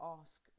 ask